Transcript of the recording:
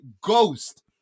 ghost